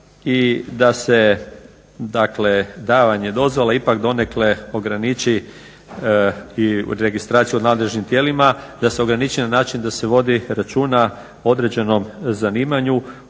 se dakle davanje dozvola ipak donekle ograniči i u registraciju o nadležnim tijelima, da se ograniči na način da se vodi računa o određenom zanimanju